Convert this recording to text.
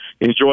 enjoy